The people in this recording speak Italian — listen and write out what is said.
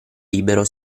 libero